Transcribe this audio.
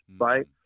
right